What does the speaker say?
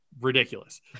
ridiculous